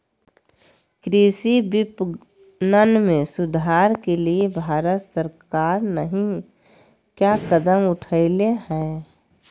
कृषि विपणन में सुधार के लिए भारत सरकार नहीं क्या कदम उठैले हैय?